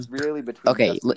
Okay